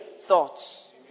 thoughts